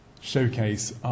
showcase